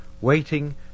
waiting